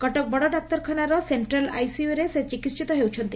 କଟକ ବଡ଼ ଡାକ୍ତରଖାନାର ସେକ୍ଟାଲ୍ ଆଇସିୟରେ ସେ ଚିକିହିତ ହେଉଛନ୍ତି